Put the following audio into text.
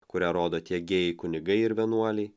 kurią rodo tiek gėjai kunigai ir vienuoliai